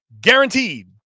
Guaranteed